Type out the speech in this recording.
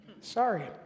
Sorry